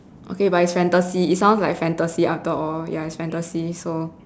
okay but is fantasy it sounds like fantasy after all ya is fantasy so